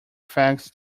facts